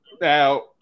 now